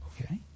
Okay